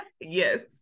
Yes